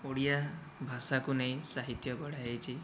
ଓଡ଼ିଆ ଭାଷାକୁ ନେଇ ସାହିତ୍ୟ ଗଢ଼ା ହୋଇଛି